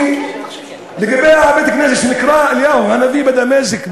לגבי בית-הכנסת שנקרא "אליהו הנביא" בדמשק,